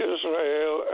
Israel